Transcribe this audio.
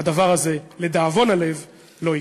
הדבר הזה, לדאבון הלב, לא יקרה.